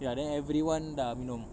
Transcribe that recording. ya then everyone dah minum